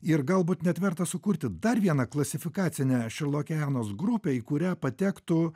ir galbūt net verta sukurti dar vieną klasifikacinę šerlokianos grupę į kurią patektų